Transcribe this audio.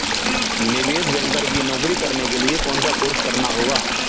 निवेश बैंकर की नौकरी करने के लिए कौनसा कोर्स करना होगा?